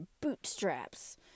bootstraps